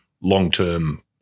long-term